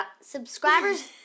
subscribers